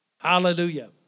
Hallelujah